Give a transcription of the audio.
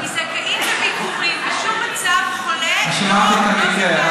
אם, ביקורים, בשום מצב חולה, לא זכאי לביקורים.